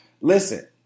Listen